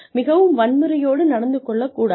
மிகவும் வன்முறையோடு நடந்து கொள்ளக் கூடாது